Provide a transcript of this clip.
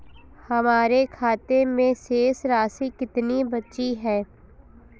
हमारे खाते में शेष राशि कितनी बची है?